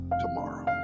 tomorrow